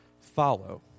Follow